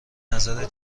نظر